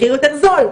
מחיר יותר זול.